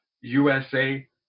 USA